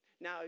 Now